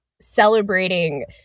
celebrating